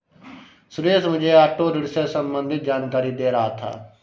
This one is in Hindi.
सुरेश मुझे ऑटो ऋण से संबंधित जानकारी दे रहा था